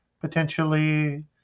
potentially